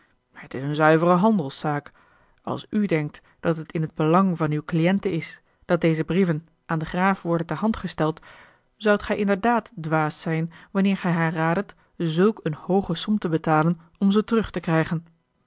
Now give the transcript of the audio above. het is een zuivere handelszaak als u denkt dat het in het belang van uw cliënte is dat deze brieven aan den graaf worden ter hand gesteld zoudt gij inderdaad dwaas zijn wanneer gij haar raaddet zulk een hooge som te betalen om ze terug te krijgen